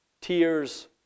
tears